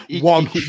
One